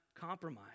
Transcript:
compromise